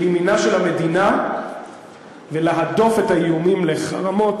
לימינה של המדינה ולהדוף את האיומים בחרמות